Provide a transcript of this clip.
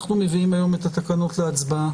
אנחנו מביאים היום את התקנות להצבעה.